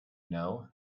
know